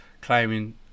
claiming